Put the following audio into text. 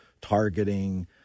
targeting